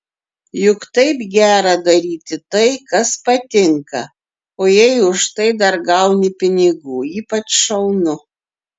juk taip gera daryti tai kas patinka o jei už tai dar gauni pinigų ypač šaunu